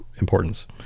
importance